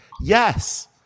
Yes